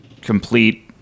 complete